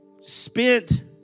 spent